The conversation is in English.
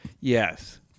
Yes